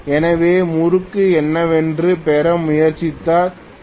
எனவே முறுக்கு என்னவென்று பெற முயற்சித்தால் TPω